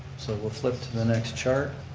so we'll flip to the next chart.